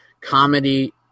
comedy